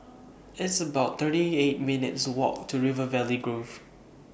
It's about thirty eight minutes' Walk to River Valley Grove